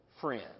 friend